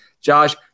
josh